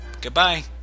Goodbye